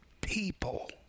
people